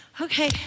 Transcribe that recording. okay